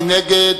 מי נגד?